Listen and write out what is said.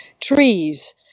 trees